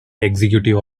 executive